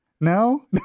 No